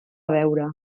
beure